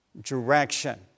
direction